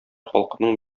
халкының